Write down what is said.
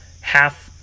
half